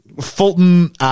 Fulton